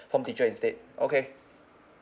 form teacher instead okay